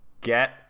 get